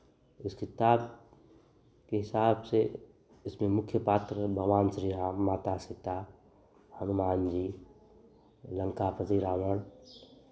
इस किताब के हिसाब से इसमें मुख्य पात्र भगवान श्री राम माता सीता हनुमान जी लंकापति रावण